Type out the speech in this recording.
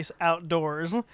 outdoors